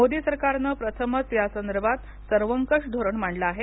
मोदी सरकारनं प्रथमच यासंदर्भात सर्वंकष धोरण मांडल आहे